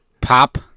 Pop